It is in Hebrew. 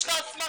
יש לך הסמכה?